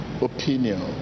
opinion